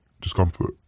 discomfort